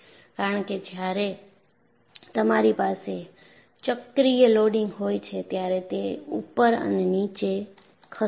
કારણ કે જ્યારે તમારી પાસે ચક્રીય લોડિંગ હોય છે ત્યારે તે ઉપર અને નીચે ખસે છે